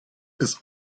ist